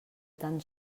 tan